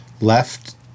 left